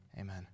amen